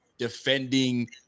Defending